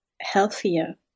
healthier